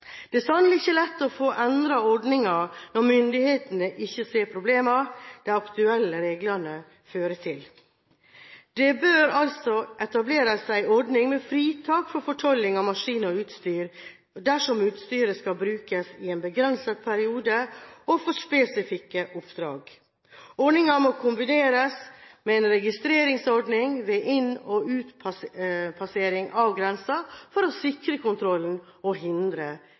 Det er sannelig ikke lett å få endret ordninger når myndighetene ikke ser problemene de aktuelle reglene fører til. Det bør altså etableres en ordning med fritak for fortolling av maskiner og utstyr dersom utstyret skal brukes i en begrenset periode og for spesifikke oppdrag. Ordningen må kombineres med en registreringsordning ved inn- og utpasseringer av grensen for å sikre kontrollen og hindre